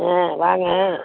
ஆ வாங்க